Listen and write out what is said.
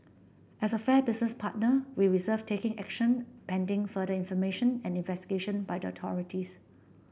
as a fair business partner we reserved taking action pending further information and investigation by the authorities